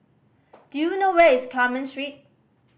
do you know where is Carmen Street